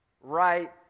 right